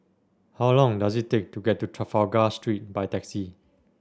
how long does it take to get to Trafalgar Street by taxi